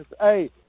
Hey